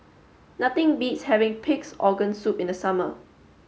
nothing beats having pig's organ soup in the summer